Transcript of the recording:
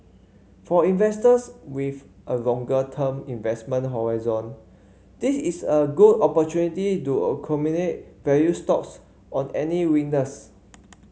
for investors with a longer term investment horizon this is a good opportunity to accumulate value stocks on any winners